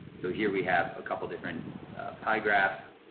so here we have a couple of different pie graphs.